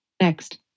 Next